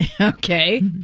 Okay